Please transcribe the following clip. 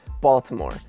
Baltimore